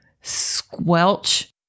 squelch